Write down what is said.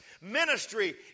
ministry